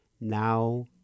now